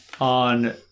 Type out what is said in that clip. on